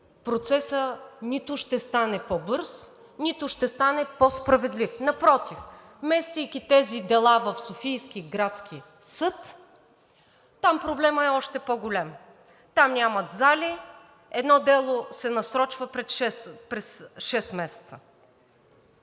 процесът нито ще стане по-бърз, нито ще стане по справедлив. Напротив, местейки тези дела в Софийския градски съд – там проблемът е още по-голям. Там нямат зали. Едно дело се насрочва през шест месеца.